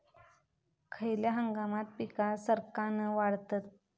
खयल्या हंगामात पीका सरक्कान वाढतत?